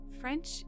French